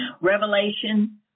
Revelation